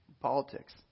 Politics